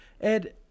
Ed